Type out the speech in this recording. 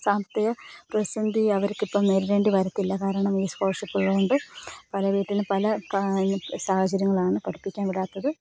സാമ്പത്തിക പ്രസിസന്ധി അവർക്കിപ്പം നേരിടേണ്ടി വരത്തില്ല കാരണം ഈ സ്കോളർഷിപ്പുള്ളതുകൊണ്ട് പല വീട്ടിലും പല സാഹചര്യങ്ങളാണ് പഠിപ്പിക്കാൻ വിടാത്തത്